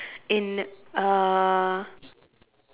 in uh